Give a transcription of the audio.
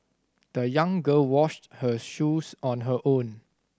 the young girl washed her shoes on her own